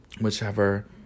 whichever